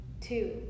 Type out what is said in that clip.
two